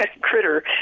critter